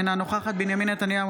אינה נוכחת בנימין נתניהו,